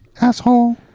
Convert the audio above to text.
Asshole